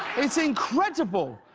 it's incredible.